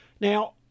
Now